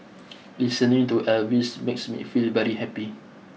listening to Elvis makes me feel very happy